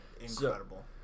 Incredible